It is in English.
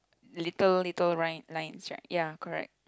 little little rine~ lines right ya correct